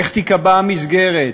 איך תיקבע המסגרת?